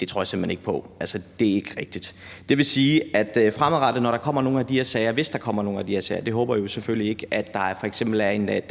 Det tror jeg simpelt hen ikke på. Altså, det er ikke rigtigt. Det vil sige, at når der fremadrettet kommer nogle af de her sager, hvis der kommer nogle af de her sager – det håber jeg jo selvfølgelig ikke – og der f.eks. er en etnisk